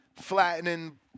flattening